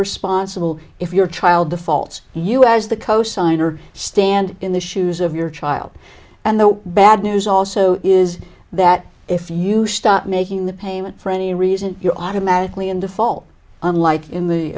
responsible if your child the faults you as the cosigner stand in the shoes of your child and the bad news also is that if you stop making the payment for any reason you're automatically in default unlike in